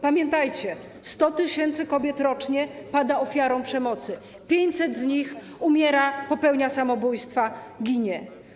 Pamiętajcie, 100 tys. kobiet rocznie pada ofiarą przemocy, 500 z nich umiera, popełnia samobójstwa, ginie.